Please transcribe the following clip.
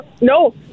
no